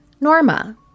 Norma